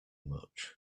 much